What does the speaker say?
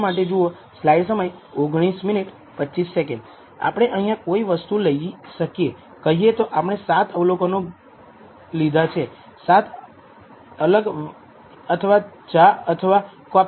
આપણે અહીંયા કોઈ વસ્તુ લઈ શકીએ કહીએ તો આપણે 7 અવલોકનો ગીત લીધા છે 7 અલગ વાઈન અથવા ચા અથવા કોફી